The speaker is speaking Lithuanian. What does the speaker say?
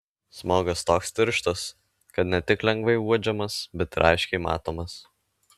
smogas toks tirštas kad ne tik lengvai uodžiamas bet ir aiškiai matomas